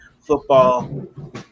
football